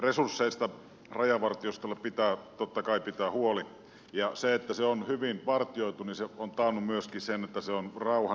resursseista rajavartiostolle pitää totta kai pitää huoli ja se että se on hyvin vartioitu on taannut myöskin sen että se on rauhan raja